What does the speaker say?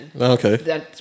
Okay